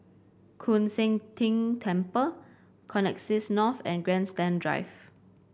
Koon Seng Ting Temple Connexis North and Grandstand Drive